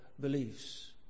Beliefs